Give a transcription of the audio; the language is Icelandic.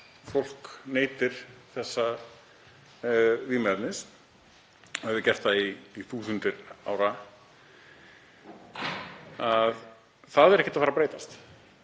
fólk neytir þessa vímuefnis og hefur gert það í þúsundir ára. Það er ekki að fara að breytast.